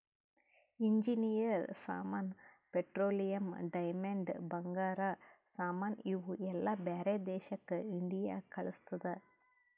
engineer ಸಾಮಾನ್, petroleum, diamond, ಬಂಗಾರ ಸಾಮಾನ್ ಇವು ಎಲ್ಲಾ ಬ್ಯಾರೆ ದೇಶಕ್ ಇಂಡಿಯಾ ಕಳುಸ್ತುದ್